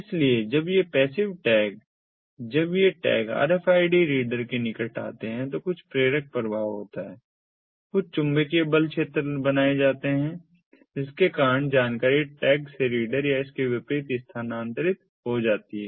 इसलिए जब ये पैसिव टैग जब ये टैग RFID रीडर के निकट आते हैं तो कुछ प्रेरक प्रभाव होता है कुछ चुंबकीय बल क्षेत्र बनाए जाते हैं जिसके कारण जानकारी टैग से रीडर या इसके विपरीत स्थानांतरित हो जाती है